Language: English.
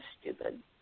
stupid